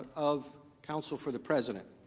of counsel for the president